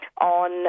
on